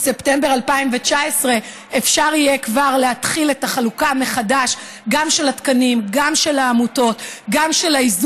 ספטמבר 2019 אפשר יהיה כבר להתחיל את החלוקה מחדש גם של התקנים,